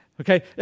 okay